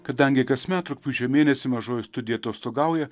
kadangi kasmet rugpjūčio mėnesį mažoji studija atostogauja